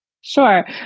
Sure